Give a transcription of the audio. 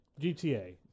gta